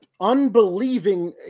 unbelieving